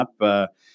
up